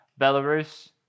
Belarus